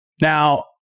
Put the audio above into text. Now